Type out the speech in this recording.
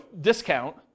discount